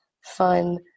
fun